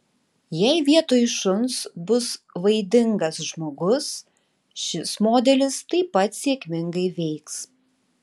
jei vietoj šuns bus vaidingas žmogus šis modelis taip pat sėkmingai veiks